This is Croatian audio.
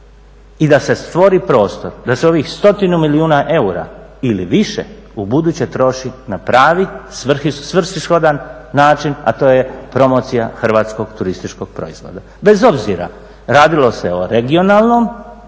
i da se stvori prostor da se ovih stotinu milijuna eura ili više u buduće troši na pravi svrsishodan način, a to je promocija hrvatskog turističkog proizvoda. Bez obzira radilo se o regionalnom,